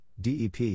DEP